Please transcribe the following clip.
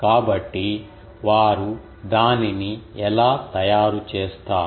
కాబట్టి వారు దానిని ఎలా తయారు చేస్తారు